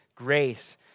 grace